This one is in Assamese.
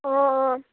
অ অ